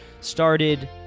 started